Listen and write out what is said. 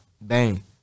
Bang